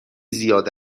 زیاد